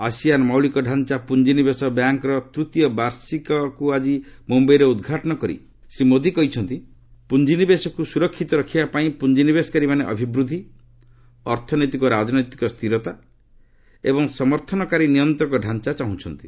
ASEAN ମୌଳିକ ଢାଞ୍ଚା ପୁଞ୍ଜିନିବେଶ ବ୍ୟାଙ୍କ୍ର ତୂତୀୟ ବାର୍ଷିକ ଆଜି ମୁମ୍ବାଇରେ ଉଦ୍ଘାଟନ କରି ଶ୍ରୀ ମୋଦି କହିଛନ୍ତି ପୁଞ୍ଜିନିବେଶକୁ ସୁରକ୍ଷିତ ରଖିବା ପାଇଁ ପୁଞ୍ଜିନିବେଶକାରୀମାନେ ଅଭିବୃଦ୍ଧି ଅର୍ଥନୈତିକ ଓ ରାଜନୈତିକ ସ୍ଥିରତା ଏବଂ ସମର୍ଥନକାରୀ ନିୟନ୍ତକ ଡାଞ୍ଚା ଚାହୁଁଛନ୍ତି